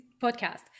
podcast